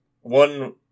one